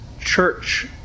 church